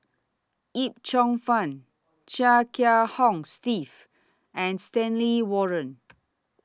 Yip Cheong Fun Chia Kiah Hong Steve and Stanley Warren